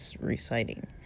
reciting